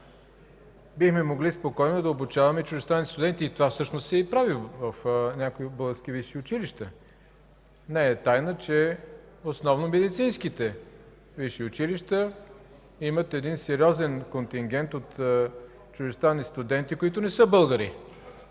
бихме могли спокойно да обучаваме чуждестранните студенти. Това всъщност се и прави в някои български висши училища. Не е тайна, че основно медицинските висши училища имат сериозен контингент от чуждестранни студенти, които не са българи,